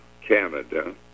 Canada